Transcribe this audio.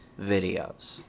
videos